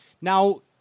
Now